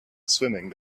swimming